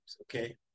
okay